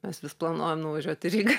mes vis planuojam nuvažiuot į rygą